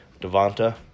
Devonta